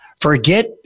Forget